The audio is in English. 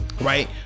right